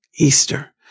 Easter